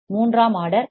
மூன்றாம் order 60 D